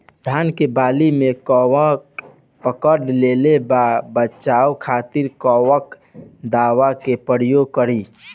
धान के वाली में कवक पकड़ लेले बा बचाव खातिर कोवन दावा के प्रयोग करी?